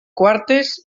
quartes